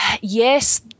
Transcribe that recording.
yes